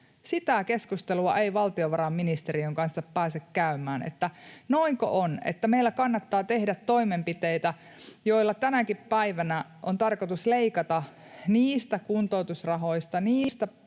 Sitä keskustelua ei valtiovarainministeriön kanssa pääse käymään, että noinko on, että meillä kannattaa tehdä toimenpiteitä, joilla tänäkin päivänä on tarkoitus leikata niistä kuntoutusrahoista, niistä pienistä